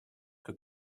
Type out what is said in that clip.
que